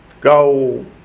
go